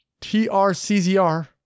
TRCZR